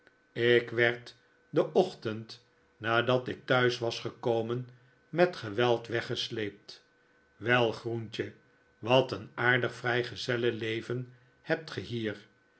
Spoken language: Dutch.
ik werd den ochtend nadat ik thuis was gekomen met geweld weggesleept wel groentje wat een aardig vrijgezellen leven hebt ge hier